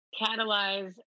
catalyze